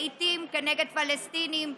לעיתים זה כנגד פלסטינים,